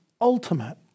ultimate